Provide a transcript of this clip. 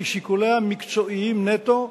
כי שיקוליה מקצועיים נטו,